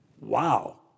Wow